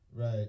Right